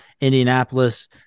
Indianapolis